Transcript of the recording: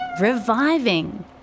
Reviving